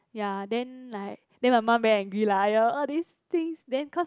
ya then like then my mum very angry lah !aiya! all these things then cause